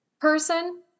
person